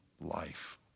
life